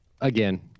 again